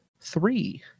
three